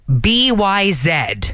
B-Y-Z